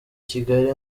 kigali